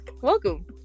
Welcome